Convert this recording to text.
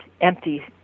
empty